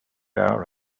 our